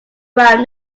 out